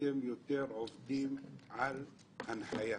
אתם יותר עובדים מתוך הנחיה.